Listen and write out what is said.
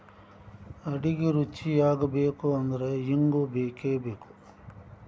ಅಡಿಗಿ ರುಚಿಯಾಗಬೇಕು ಅಂದ್ರ ಇಂಗು ಬೇಕಬೇಕ